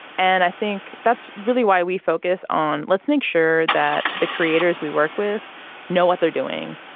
and i think that's really why we focus on let's make sure that the creators we work with know what they're doing.